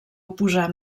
oposar